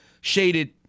shaded